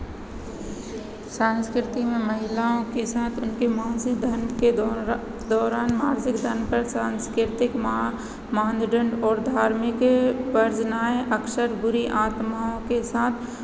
संस्कृति में महिलाओं के साथ उनके मासिक धर्म के दौरान मासिक धर्म पर सांस्कृतिक मानदंड और धार्मिक वर्जनाएँ अक्सर बुरी आत्माओं के साथ